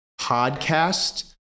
podcast